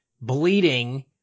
bleeding